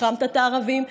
החרמת את הערבים,